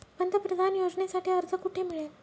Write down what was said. पंतप्रधान योजनेसाठी अर्ज कुठे मिळेल?